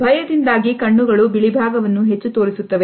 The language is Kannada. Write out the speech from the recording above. ಭಯದಿಂದಾಗಿ ಕಣ್ಣುಗಳು ಬಿಳಿಭಾಗವನ್ನು ಹೆಚ್ಚು ತೋರಿಸುತ್ತವೆ